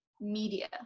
media